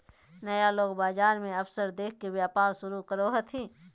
नया लोग बाजार मे अवसर देख के व्यापार शुरू करो हथिन